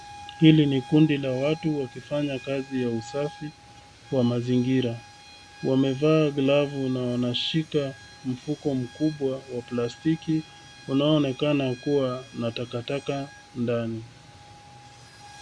Hili ni kundi la watu wakifanya kazi ya usafi kwa mazingira. Wamevaa glavu na wanashika mfuko mkubwa wa plastiki unaoonekana ukiwa ma takataka ndani.